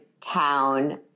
town